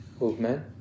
movement